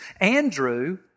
Andrew